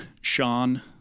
Sean